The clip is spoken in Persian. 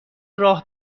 راه